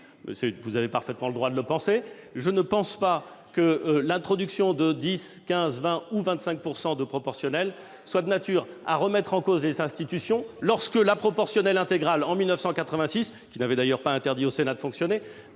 Vous avez parfaitement le droit de le penser ! Je ne pense pas que l'introduction de 10 %, 15 %, 20 % ou 25 % de proportionnelle soit de nature à remettre en cause les institutions ; en témoigne la proportionnelle intégrale en 1986, qui n'avait d'ailleurs pas empêché le Sénat de fonctionner.